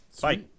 Bye